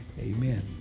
amen